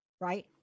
right